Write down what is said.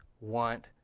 want